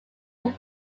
were